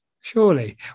surely